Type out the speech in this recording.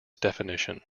definition